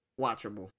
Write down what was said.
watchable